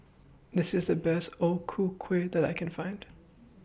This IS The Best O Ku Kueh that I Can Find